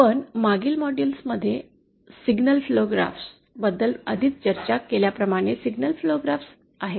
आपण मागील मॉड्यूल्स मध्ये सिग्नल फ्लो ग्राफ बद्दल आधीच चर्चा केल्याप्रमाणे सिग्नल फ्लो ग्राफ आहेत